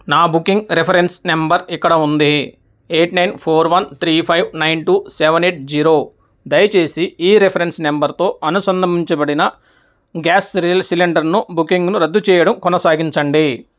నా booking reference number ఇక్కడ ఉంది eight nine four one three five nine two seven eight zero దయచేసి ఈ రిఫరెన్స్ నెంబర్తో అనుసంధానించబడిన గ్యాస్ స్రీల సిలిండర్ను బుకింగ్ను రద్దు చేయడం కొనసాగించండి